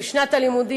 בשנת הלימודים